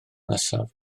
nesaf